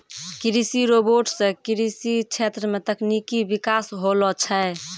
कृषि रोबोट सें कृषि क्षेत्र मे तकनीकी बिकास होलो छै